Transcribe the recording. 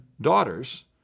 daughters